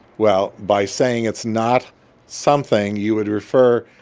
well, by saying it's not something, you would refer,